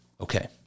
okay